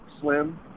slim